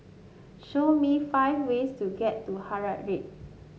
show me five ways to get to Harare